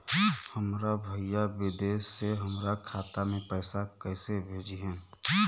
हमार भईया विदेश से हमारे खाता में पैसा कैसे भेजिह्न्न?